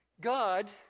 God